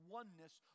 oneness